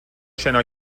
شنا